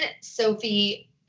Sophie